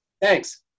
Thanks